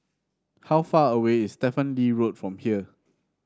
how far away is Stephen Lee Road from here